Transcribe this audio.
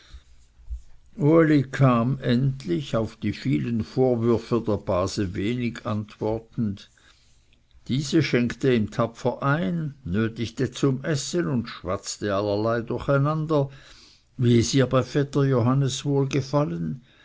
uli kam endlich auf die vielen vorwürfe der base wenig antwortend diese schenkte ihm tapfer ein nötigte zum essen und schwatzte allerlei durcheinander wie es ihr bei vetter johannes